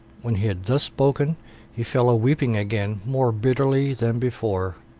when he had thus spoken he fell a weeping again more bitterly than before.